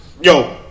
Yo